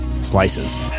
slices